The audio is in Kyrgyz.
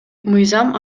мыйзам